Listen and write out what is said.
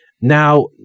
Now